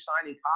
signing